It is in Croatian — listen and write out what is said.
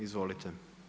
Izvolite.